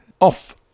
off